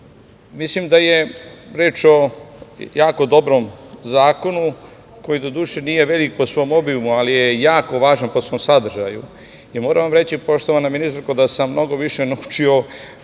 pisma. Mislim da je reč o jako dobrom zakonu, koji doduše, nije veliki po svom obimu, ali je jako važan po svom sadržaju. Moram vam reći, poštovana ministarko, da sam mnogo više naučio